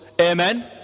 Amen